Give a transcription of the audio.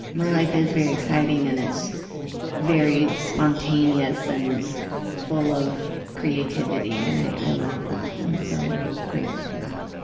my life is very exciting and it's very spontaneous and full of creativity. and i, i love that. i'm so grateful for that.